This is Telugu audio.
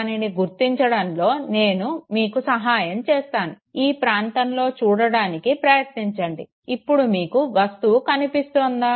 దానిని గుర్తించడంలో నేను మీకు సహాయం చేస్తాను ఈ ప్రాంతంలో చూడడానికి ప్రయతించండి ఇప్పుడు మీకు వస్తువు కనిపిస్తోందా